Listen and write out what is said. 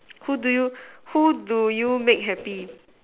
who do you who do you make happy